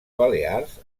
balears